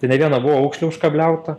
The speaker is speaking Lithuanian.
tai ne viena buvo aukšlė užkabliauta